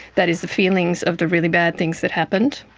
that is the feelings of the really bad things that happened,